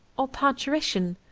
or parturition,